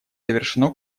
завершено